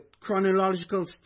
chronological